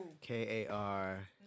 K-A-R